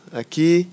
aqui